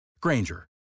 Granger